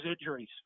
injuries